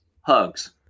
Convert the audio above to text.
hugs